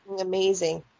amazing